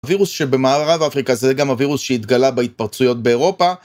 הווירוס שבמערב אפריקה זה גם הווירוס שהתגלה בהתפרצויות באירופה